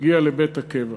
הגיע לבית הקבע,